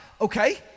Okay